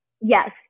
Yes